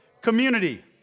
Community